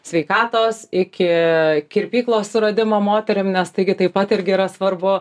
sveikatos iki kirpyklos suradimo moterim nes taigi taip pat irgi yra svarbu